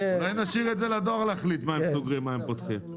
אולי נשאיר לדואר להחליט מה הם סוגרים ומה הם פותחים.